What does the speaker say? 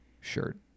shirt